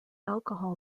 alcohol